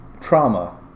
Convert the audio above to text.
trauma